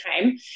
time